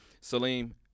Salim